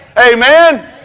Amen